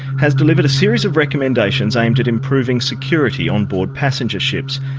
has delivered a series of recommendations aimed at improving security on board passenger ships.